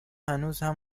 هنوزم